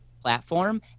platform